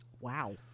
Wow